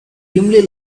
dimly